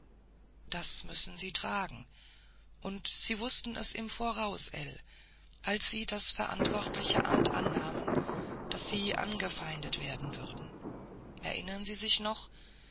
das müssen sie tragen und sie wußten es im voraus ell als sie das verantwortliche amt annahmen daß sie angefeindet werden würden erinnern sie sich noch